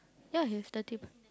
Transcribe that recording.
ya he's thirty p~